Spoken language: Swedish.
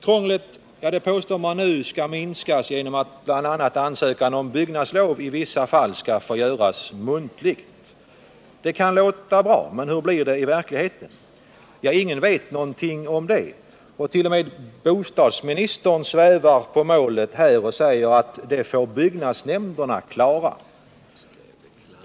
Man påstår nu att krånglet skall minskas genom att t.ex. ansökan om byggnadslov i vissa fall skall få göras muntligt. Det kan låta bra, men hur blir det i verkligheten? Ingen vet någonting om det. T. o. m. bostadsministern svävar här på målet och säger att byggnadsnämnderna får klara av bedömningen.